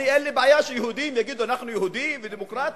אין לי בעיה שיהודים יגידו: אנחנו יהודים ודמוקרטים,